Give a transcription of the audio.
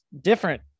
different